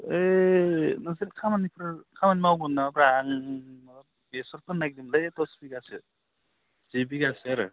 ओइ नोंसोर खामानिखौ खामानि मावगोन नामाब्रा आं बेसर फोनो नागिरदोंमोनलै दस बिगासो दुइ बिगासो आरो